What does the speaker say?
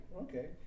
Okay